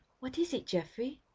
what is it, geoffrey?